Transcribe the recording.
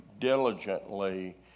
diligently